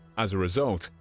as a result,